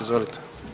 Izvolite.